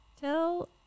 tell